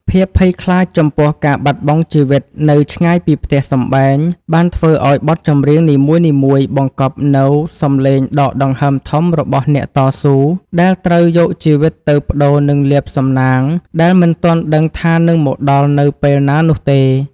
ភាពភ័យខ្លាចចំពោះការបាត់បង់ជីវិតនៅឆ្ងាយពីផ្ទះសម្បែង បានធ្វើឱ្យបទចម្រៀងនីមួយៗបង្កប់នូវសម្លេងដកដង្ហើមធំរបស់អ្នកតស៊ូ ដែលត្រូវយកជីវិតទៅប្តូរនឹងលាភសំណាងដែលមិនទាន់ដឹងថានឹងមកដល់នៅពេលណានោះទេ។